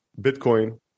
Bitcoin